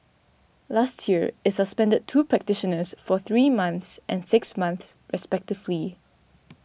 last year it suspended two practitioners for three months and six months respectively